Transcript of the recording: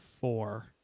four